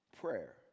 Prayer